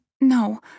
no